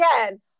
again